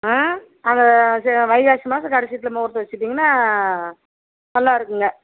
ஆ அதை சி வைகாசி மாதம் கடைசில முகூர்த்தம் வைச்சுட்டீங்கன்னா நல்லாயிருக்குங்க